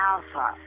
Alpha